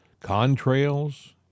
contrails